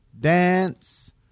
dance